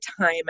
time